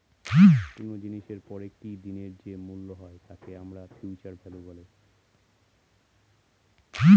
কোনো জিনিসের পরে কি দিনের যে মূল্য হয় তাকে আমরা ফিউচার ভ্যালু বলি